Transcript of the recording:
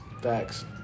Facts